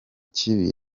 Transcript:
kibi